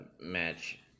match